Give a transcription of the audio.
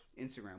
Instagram